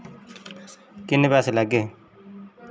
किन्ने पैसे लैगे